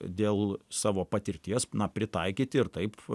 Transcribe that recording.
dėl savo patirties pritaikyti ir taip